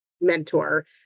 mentor